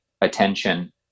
attention